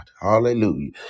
hallelujah